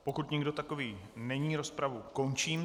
Pokud nikdo takový není, rozpravu končím.